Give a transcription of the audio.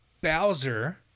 Bowser